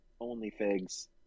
OnlyFigs